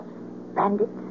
bandits